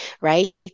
right